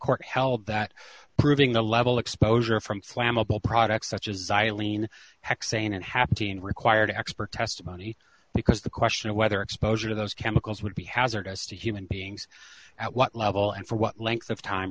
court held that proving the level exposure from flammable products such as xylene hexane and happen required expert testimony because the question of whether exposure to those chemicals would be hazardous to human beings at what level and for what length of time